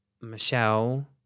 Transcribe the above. Michelle